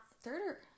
third